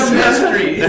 mystery